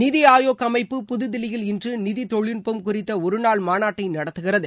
நிதி ஆயோக் அமைப்பு புதுதில்லியில் இன்று நிதி தொழில் நுட்பம் குறித்த ஒருநாள் மாநாட்டை நடத்வுகிறது